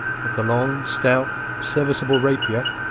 but the long, stout, serviceable rapier,